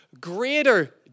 greater